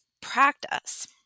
practice